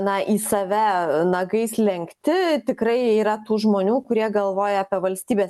na į save nagais lenkti tikrai yra tų žmonių kurie galvoja apie valstybės